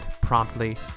promptly